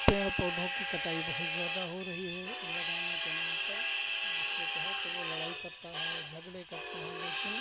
पेड़ पौधों की कटाई बहुत ज़्यादा हो रही है लगाने के नाम पर जिससे कहो तो वो लड़ाई करता है झगड़े करते हैं लेकिन